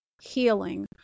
healing